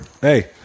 hey